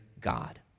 God